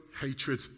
hatred